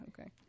Okay